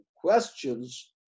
questions